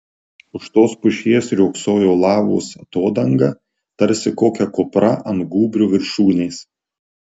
už tos pušies riogsojo lavos atodanga tarsi kokia kupra ant gūbrio viršūnės